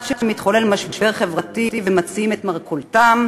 שמתחולל משבר חברתי ומציעים את מרכולתם,